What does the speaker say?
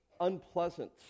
unpleasant